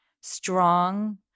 strong